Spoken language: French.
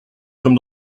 comme